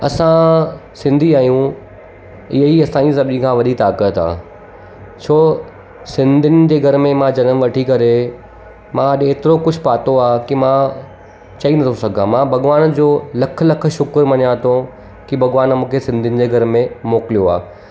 असां सिंधी आहियूं हीअ ई असांजी सभिनी खां वॾी ताक़त आहे छो सिंधियुनि जे घर में मां जनमु वठी करे मां अॼु हेतिरो कुझु पातो आहे की मां चई न थो सघां मां भॻवान जो लख लख शुख़ुरु मञां थो की भॻवानु मूंखे सिंधियुनि जे घर में मोकिलियो आहे